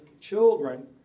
children